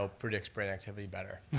ah predicts brain activity better?